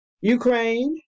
Ukraine